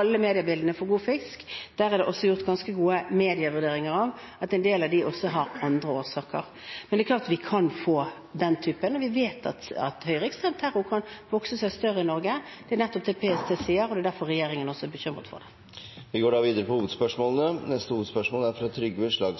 alle mediebildene for god fisk. Det er også gjort ganske gode medievurderinger av at en del av dem også har andre årsaker. Men det er klart, vi kan få den typen, og vi vet at høyreekstrem terror kan vokse seg større i Norge. Det er nettopp det PST sier, og det er derfor regjeringen også er bekymret for det. Vi går da videre til neste